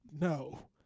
No